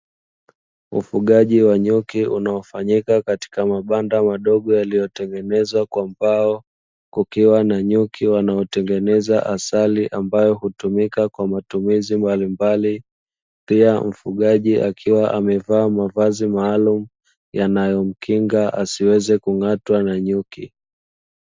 Ufugaji wa Nyuki unaofanyika katika mabanda madogo yaliyotengenezwa kwa mbao kukiwa na nyuki wanaotengeza asali ambayo hutumika kwa matumizi mbalimbali, pia mfugaji akiwa amevaa mavazi maalumu yanayomkinga asiweze kung'atwa na nyuki.